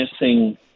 missing